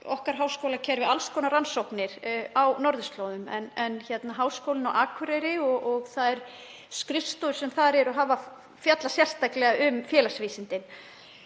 okkar háskólakerfi með alls konar rannsóknir á norðurslóðum en Háskólinn á Akureyri og þær skrifstofur sem þar eru hafa fjallað sérstaklega um félagsvísindin.